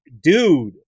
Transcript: dude